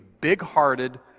big-hearted